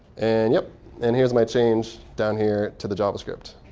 and yup, and here's my change down here to the javascript.